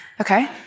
Okay